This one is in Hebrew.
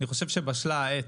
אני חושב שבשלה העת,